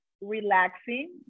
relaxing